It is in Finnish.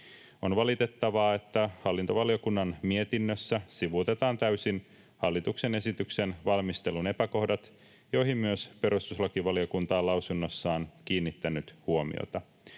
On valitettavaa, että hallintovaliokunnan mietinnössä sivuutetaan täysin hallituksen esityksen valmistelun epäkohdat, joihin myös perustuslakivaliokunta on lausunnossaan kiinnittänyt huomiota.